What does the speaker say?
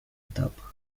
tapa